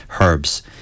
herbs